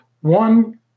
One